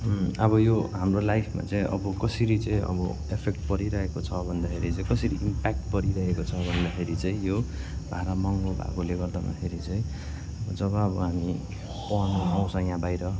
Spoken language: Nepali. अब यो हाम्रो लाइफमा चाहिँ अब कसरी चाहिँ अब इफेक्ट परिरहेको छ भन्दाखेरि चाहिँ कसरी इम्प्याक्ट परिरहेको छ भन्दाखेरि चाहिँ यो भाडा महँगो भएकोले गर्दाखेरि चाहिँ जब अब हामी पढ्नु आउँछ यहाँ बाहिर